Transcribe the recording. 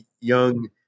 young